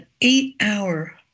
eight-hour